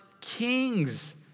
kings